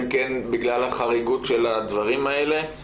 אין לו שום יכולת למידה ולא כלום.